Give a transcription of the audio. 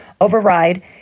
Override